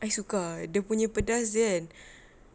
ai-suka dia punya pedas dia kan